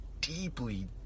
deeply